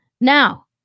Now